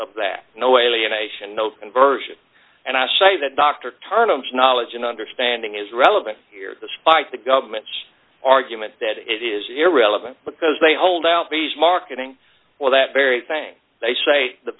of that no wally anation no conversion and i say that dr turner knowledge and understanding is relevant here despite the government's argument that it is irrelevant because they hold out b s marketing well that very thing they say the